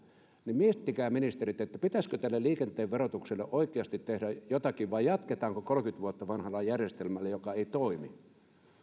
miettikää ministerit pitäisikö tälle liikenteen verotukselle oikeasti tehdä jotakin vai jatketaanko kolmekymmentä vuotta vanhalla järjestelmällä joka ei toimi